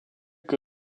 que